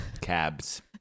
Cabs